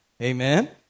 Amen